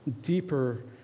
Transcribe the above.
deeper